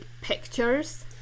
pictures